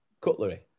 Cutlery